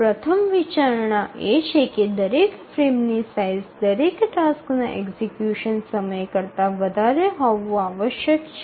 પ્રથમ વિચારણા એ છે કે દરેક ફ્રેમની સાઇઝ દરેક ટાસ્કના એક્ઝિકયુશન સમય કરતા વધારે હોવું આવશ્યક છે